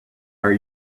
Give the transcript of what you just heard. are